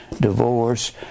divorce